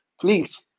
Please